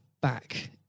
back